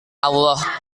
allah